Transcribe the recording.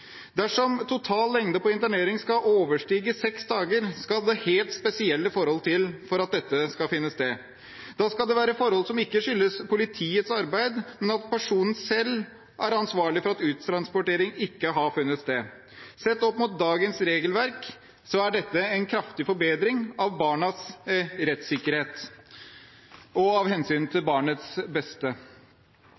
Dersom den totale lengden på interneringen skal overstige seks dager, skal det helt spesielle forhold til for at dette skal kunne finne sted. Da skal det være forhold som ikke skyldes politiets arbeid, men at personen selv er ansvarlig for at uttransportering ikke har funnet sted. Sett opp mot dagens regelverk er dette en kraftig forbedring av barnas rettssikkerhet og hensynet til